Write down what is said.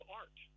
art